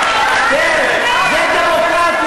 עדיף לך לקרוא מהכתב.